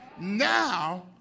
now